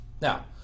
now